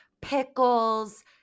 Pickles